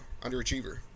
underachiever